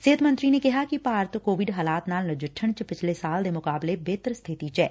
ਸਿਹਤ ਮੰਤਰੀ ਨੇ ਕਿਹਾ ਕਿ ਭਾਰਤ ਕੋਵਿਡ ਹਾਲਾਤ ਨਾਲ ਨਜਿੱਠਣ ਚ ਪਿਛਲੇ ਸਾਲ ਦੇ ਮੁਕਾਬਲੇ ਬਿਹਤਰ ਸਬਿਤੀ ਚ ਐ